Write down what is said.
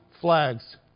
flags